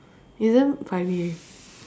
it's damn funny